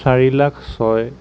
চাৰি লাখ ছয়